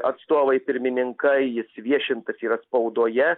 atstovai pirmininkai jis viešintas yra spaudoje